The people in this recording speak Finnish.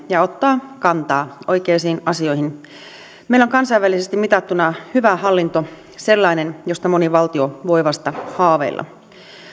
ja ottaa kantaa oikeisiin asioihin meillä on kansainvälisesti mitattuna hyvä hallinto sellainen josta moni valtio voi vasta haaveilla